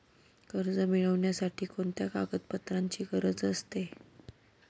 कर्ज मिळविण्यासाठी कोणत्या कागदपत्रांची गरज असते?